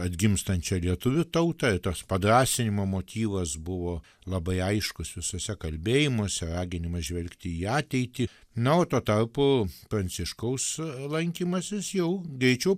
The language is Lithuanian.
atgimstančią lietuvių tautą tas padrąsinimo motyvas buvo labai aiškus visuose kalbėjimuose raginimas žvelgti į ateitį na o tuo tarpu pranciškaus lankymasis jau greičiau